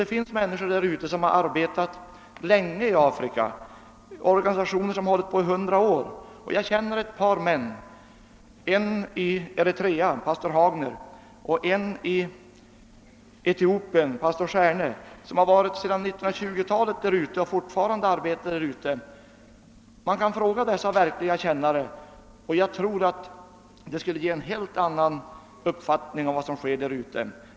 Det finns organisationer som har varit verksamma i Afrika — vissa av dem har hållit på i 100 år — och jag känner några män, pastor Hagner i Eritrea och pastor Stjärne i Etiopien, som har arbetat där sedan 1920-talet och som alltjämt gör det. Varför inte fråga dessa verkliga kännare av förhållandena? Jag tror att det skulle ge en helt annan syn på vad som sker.